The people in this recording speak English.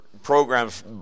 programs